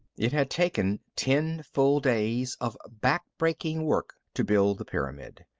it had taken ten full days of back-breaking work to build the pyramid.